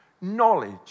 knowledge